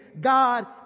God